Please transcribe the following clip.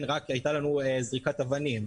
היתה לנו זריקת אבנים,